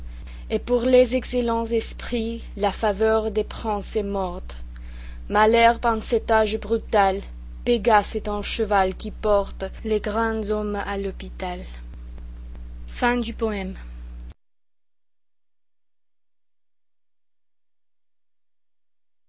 et pour les excellents esprits la faveur des princes est morte malherbe en cet âge brutal pégase est un cheval qui porte les grands hommes à l'hôpital